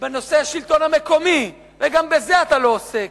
בנושא השלטון המקומי, וגם בזה אתה לא עוסק.